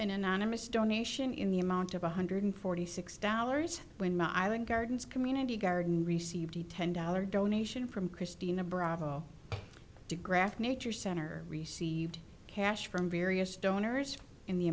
an anonymous donation in the amount of one hundred forty six dollars when my island gardens community garden received a ten dollars donation from christina bravo to graphic nature center received cash from various donors in the